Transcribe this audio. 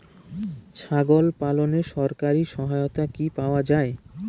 ছাগল পালনে সরকারি সহায়তা কি পাওয়া যায়?